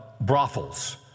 brothels